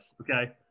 Okay